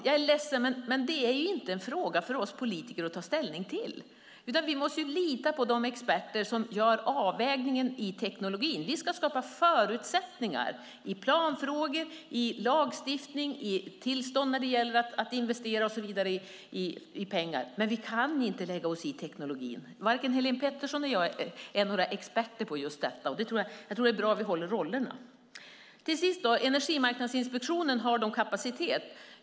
Jag är ledsen, men det är inte en fråga för oss politiker att ta ställning till. Vi måste lita på de experter som gör den tekniska avvägningen. Vi ska skapa förutsättningar i planfrågor, i lagstiftning, i tillstånd när det gäller att investera pengar och så vidare, men vi kan inte lägga oss i tekniken. Varken Helene Petersson eller jag är experter på just detta. Jag tror att det är bra om vi håller isär rollerna. Till sist frågan om Energimarknadsinspektionen har kapacitet.